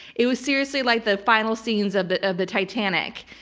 it was seriously like the final scenes of the ah the titanic.